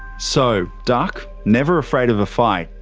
so, duck, never afraid of a fight,